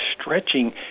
stretching